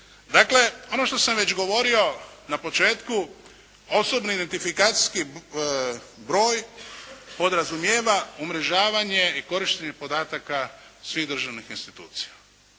Dakle, ono što sam već govorio na početku, osobni identifikacijski broj podrazumijeva umrežavanje i korištenje podataka svih državnih institucija.